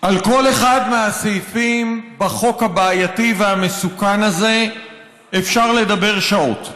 על כל אחד מהסעיפים בחוק הבעייתי והמסוכן הזה אפשר לדבר שעות,